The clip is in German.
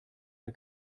der